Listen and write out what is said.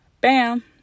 Bam